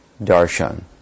darshan